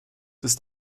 ist